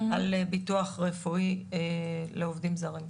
על ביטוח רפואי לעובדים זרים.